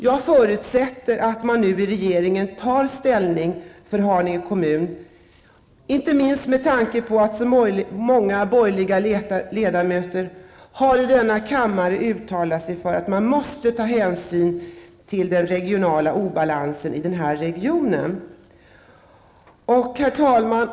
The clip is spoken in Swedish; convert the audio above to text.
Jag förutsätter att man nu i regeringen tar ställning för Haninge kommun, inte minst med tanke på att så många borgerliga ledamöter i denna kammare har uttalat sig för att man måste ta hänsyn till den regionala obalansen i den här regionen. Herr talman!